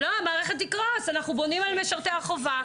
"המערכת תקרוס; אנחנו בונים על משרתי החובה".